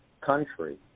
country